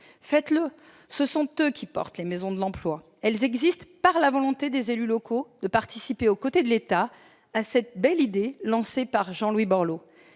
Faites-le ! Ce sont eux qui portent ces maisons. Elles existent par la volonté des élus locaux de participer, aux côtés de l'État, à cette belle idée lancée par Jean-Louis Borloo.